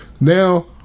Now